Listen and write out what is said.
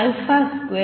બરાબર